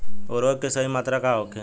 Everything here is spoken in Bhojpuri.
उर्वरक के सही मात्रा का होखे?